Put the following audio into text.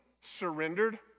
surrendered